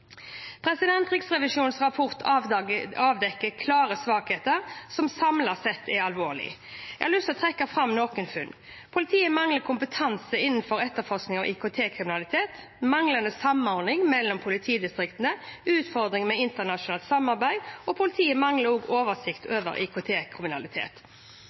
Riksrevisjonens rapport avdekker klare svakheter, som samlet sett er alvorlig. Jeg har lyst til å trekke fram noen funn. Politiet mangler kompetanse innenfor etterforskning av IKT-kriminalitet. Det er manglende samordning mellom politidistriktene. Det er utfordringer med internasjonalt samarbeid. Politiet mangler oversikt